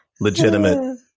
legitimate